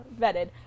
Vetted